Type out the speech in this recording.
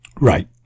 right